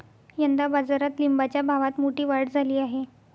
यंदा बाजारात लिंबाच्या भावात मोठी वाढ झाली आहे